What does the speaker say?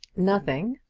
nothing.